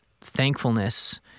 thankfulness